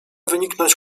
wyniknąć